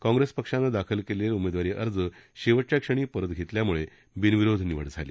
काँग्रेस पक्षाने दाखल केलेले उमेदवारी अर्ज शेवटच्या क्षणी परत घेतल्यामुळे बिनविरोध निवड झाली